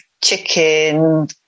chicken